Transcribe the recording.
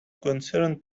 concerned